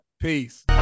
Peace